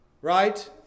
Right